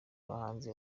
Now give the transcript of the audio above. abahanzi